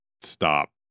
stop